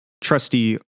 trusty